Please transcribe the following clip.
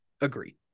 agreed